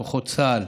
כוחות צה"ל,